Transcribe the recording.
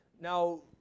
Now